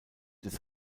des